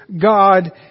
God